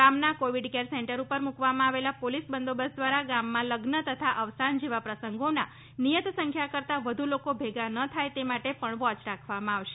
ગામના Covid care centre ઉપર મૂકવામાં આવેલ પોલીસ બંદોબસ્ત દ્વારા ગામમાં લઝન તથા અવસાન જેવા પ્રસંગોમાં નિયત સંખ્યા કરતાં વધુ લોકો ભેગા ન થાય તે માટે પણ વોચ રાખવામાં આવશે